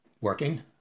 working